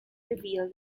reveal